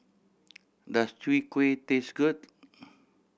does Chwee Kueh taste good